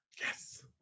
Yes